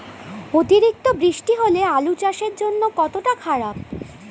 অতিরিক্ত বৃষ্টি হলে আলু চাষের জন্য কতটা খারাপ?